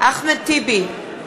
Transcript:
אחמד טיבי,